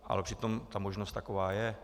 Ale přitom ta možnost taková je.